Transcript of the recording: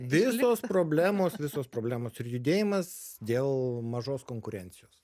visos problemos visos problemos ir judėjimas dėl mažos konkurencijos